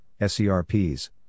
SERPs